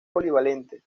polivalente